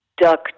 duck